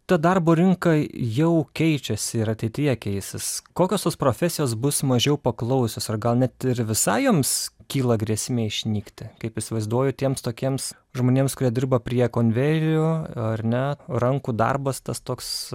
ta darbo rinka jau keičiasi ir ateityje keisis kokios tos profesijos bus mažiau paklausios ar gal net ir visai joms kyla grėsmė išnykti kaip įsivaizduoju tiems tokiems žmonėms kurie dirba prie konvejerio ar ne rankų darbas tas toks